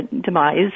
demise